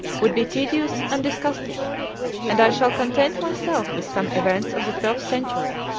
would be tedious and disgusting and i shall content myself with some events of the twelfth century,